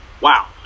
wow